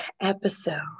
episode